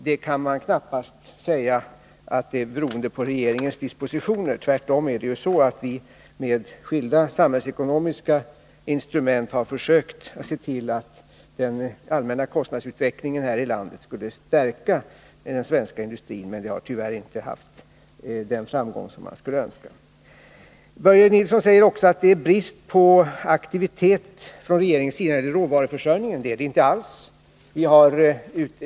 Det kan man knappast säga beror på regeringens dispositioner. Tvärtom har vi med skilda samhällsekonomiska instrument försökt se till att den allmänna kostnadsutvecklingen i landet skulle stärka den svenska industrin, men vi har tyvärr inte haft den framgång man skulle önska. Börje Nilsson säger också att det råder brist på aktivitet från regeringens sida när det gäller råvaruförsörjningen. Det gör det inte alls.